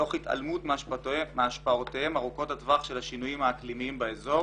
תוך התעלמות מהשפעותיהם ארוכות הטווח של השינויים האקלימיים באזור.